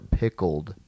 pickled